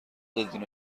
دادین